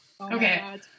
Okay